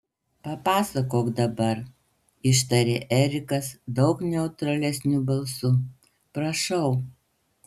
papasakok dabar ištarė erikas daug neutralesniu balsu prašau